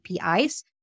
APIs